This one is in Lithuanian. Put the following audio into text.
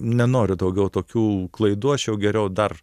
nenoriu daugiau tokių klaidų aš jau geriau dar